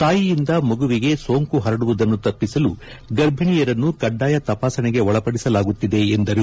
ತಾಯಿಯಿಂದ ಮಗುವಿಗೆ ಸೋಂಕು ಹರಡುವುದನ್ನು ತಪ್ಪಿಸಲು ಗರ್ಭಿಣೆಯರನ್ನು ಕಡ್ಡಾಯ ತಪಾಸಣೆಗೆ ಒಳಪಡಿಸಲಾಗುತ್ತಿದೆ ಎಂದರು